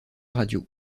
radio